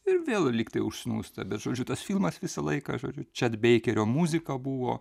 ir vėl lygtai užsnūsta bet žodžiu tas filmas visą laiką žodžiu čiad beikerio muzika buvo